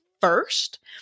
first